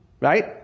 right